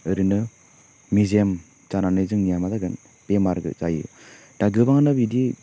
ओरैनो मेजेम जानानै जोंनिया मा जागोन बेमारबो जायो दा गोबाङानो बिदि